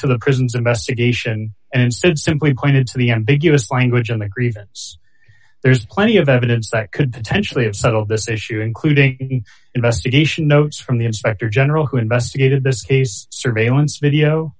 to the prison's investigation and instead simply pointed to the ambiguous language in a grievance there's plenty of evidence that could potentially settle this issue including investigation notes from the inspector general who investigated this case surveillance video